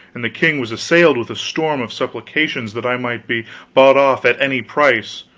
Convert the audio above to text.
and the king was assailed with a storm of supplications that i might be bought off at any price,